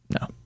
No